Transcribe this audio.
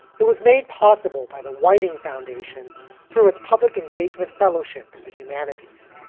it was made possible by the widing foundation through its public engagement fellowship in the humanities.